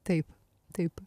taip taip